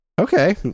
okay